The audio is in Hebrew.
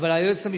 בבורסה,